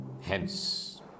Hence